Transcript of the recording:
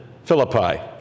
Philippi